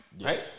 right